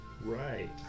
Right